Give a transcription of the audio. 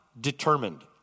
determined